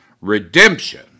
redemption